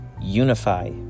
Unify